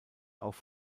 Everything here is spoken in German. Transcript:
auch